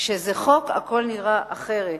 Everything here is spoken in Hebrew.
כשזה חוק הכול נראה אחרת.